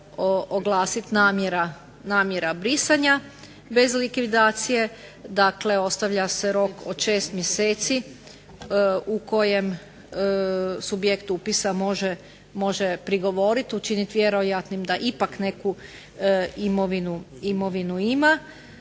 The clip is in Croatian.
oglasiti namjera brisanja, bez likvidacije, dakle ostavlja se rok od 6 mjeseci u kojem subjekt upisa može prigovoriti, učiniti vjerojatnim da ipak neku imovinu ima.